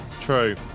True